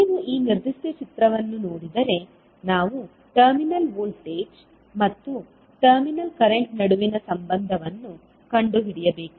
ನೀವು ಈ ನಿರ್ದಿಷ್ಟ ಚಿತ್ರವನ್ನು ನೋಡಿದರೆ ನಾವು ಟರ್ಮಿನಲ್ ವೋಲ್ಟೇಜ್ ಮತ್ತು ಟರ್ಮಿನಲ್ ಕರೆಂಟ್ ನಡುವಿನ ಸಂಬಂಧವನ್ನು ಕಂಡುಹಿಡಿಯಬೇಕು